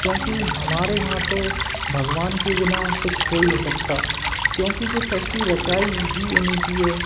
क्योंकि हमारे यहाँ तो भगवान के बिना कुछ हो ही नहीं सकता क्योंकि यह सृष्टि रचाई ही उन्ही की है